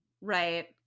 Right